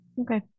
Okay